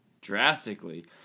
drastically